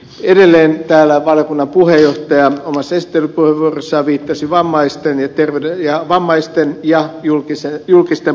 edelleen valiokunnan puheenjohtaja omassa esittelypuheenvuorossaan viittasi vammaisten ja julkisten palvelujen tietoyhteiskuntaongelmiin eli tiedonvälittämisongelmiin